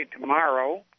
tomorrow